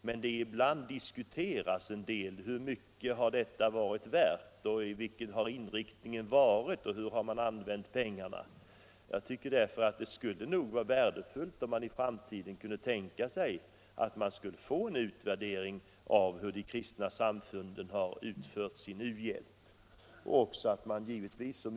Men det diskuteras ibland: Hur mycket har detta varit värt? Vilken har inriktningen varit? Hur har man använt pengarna? Jag tycker därför att det skulle vara värdefullt om man i framtiden kunde tänka sig att göra en utvärdering av hur de kristna samfunden har utfört sin u-hjälp.